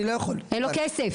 אני לא יכול --- אין לו כסף.